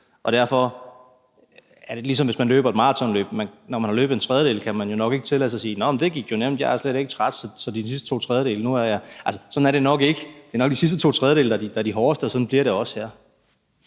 Derfor er det, ligesom hvis man løber et maratonløb; når man har løbet en tredjedel, kan man jo nok ikke tillade sig at sige: Det gik jo nemt, jeg er slet ikke træt. Altså, sådan er det jo nok ikke. Det er nok de sidste to tredjedele, der er de hårdeste, og sådan bliver det også her.